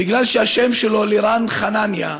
בגלל השם שלו, לירן חנאני,